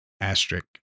asterisk